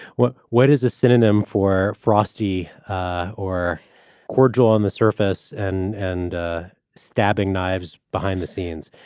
what what is a synonym for frosty or cordial on the surface and and ah stabbing knives behind the scenes?